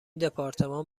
دپارتمان